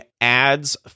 adds